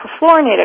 perfluorinated